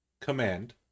command